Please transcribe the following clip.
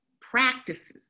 practices